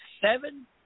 Seven